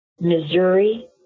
Missouri